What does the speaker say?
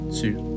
two